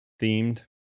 themed